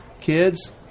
kids